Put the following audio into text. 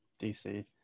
DC